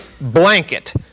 blanket